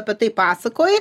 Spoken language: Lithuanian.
apie tai pasakoji